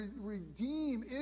redeem